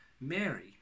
Mary